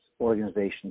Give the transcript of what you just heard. organizations